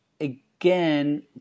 again